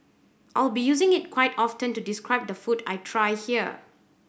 I will be using it quite often to describe the food I try here